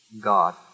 God